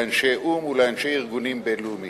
לאנשי או"ם ולאנשי ארגונים בין-לאומיים.